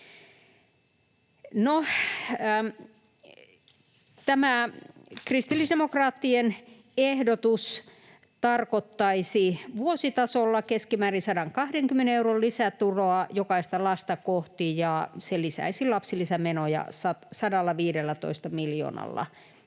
kristillisdemokraattien ehdotus tarkoittaisi vuositasolla keskimäärin 120 euron lisätuloa jokaista lasta kohti, ja se lisäisi lapsilisämenoja 115 miljoonalla